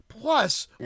Plus